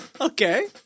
okay